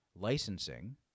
licensing